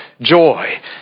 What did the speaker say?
joy